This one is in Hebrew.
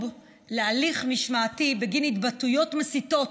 להליך משמעתי בגין התבטאויות מסיתות